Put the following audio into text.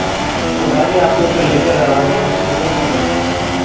तो गाड़ी आपको सर लेकर आएँ हैं यहाँ से ले जाना पड़ेगा